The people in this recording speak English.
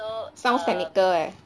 sounds technical eh